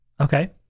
Okay